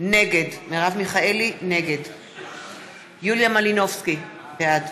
נגד יוליה מלינובסקי, בעד